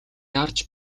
яарч